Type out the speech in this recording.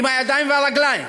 עם הידיים והרגליים,